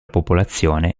popolazione